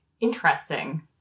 Interesting